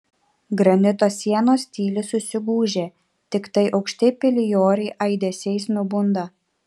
granito sienos tyli susigūžę tiktai aukšti pilioriai aidesiais nubunda